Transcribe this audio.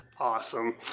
Awesome